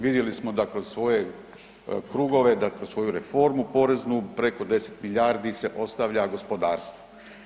Vidjeli smo da kroz svoje krugove, da kroz svoju reformu poreznu preko 10 milijardi se ostavlja gospodarstvu.